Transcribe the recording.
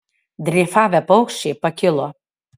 dreifavę paukščiai pakilo